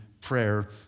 prayer